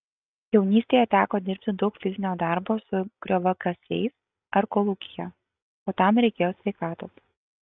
jaunystėje teko dirbti daug fizinio darbo su grioviakasiais ar kolūkyje o tam reikėjo sveikatos